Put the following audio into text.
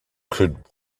could